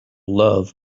love